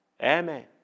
Amen